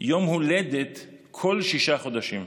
יום הולדת כל שישה חודשים.